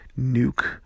nuke